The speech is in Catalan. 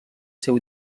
seu